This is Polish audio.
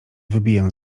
wybiję